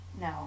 No